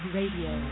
Radio